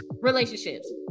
relationships